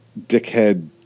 dickhead